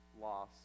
loss